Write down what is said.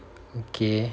okay